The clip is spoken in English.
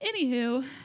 anywho